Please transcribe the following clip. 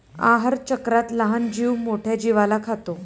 आहारचक्रात लहान जीव मोठ्या जीवाला खातो